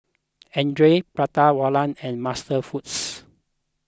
andre Prata Wala and MasterFoods